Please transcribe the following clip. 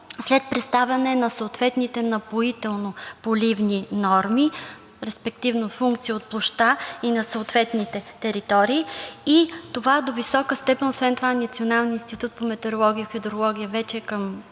след преставане на съответните напоително-поливни норми, респективно функции от площта и на съответните територии и това – до висока степен. Освен това Националният институт по метеорология и хидрология е вече към